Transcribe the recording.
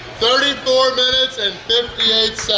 thirty four minutes and fifty